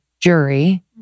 jury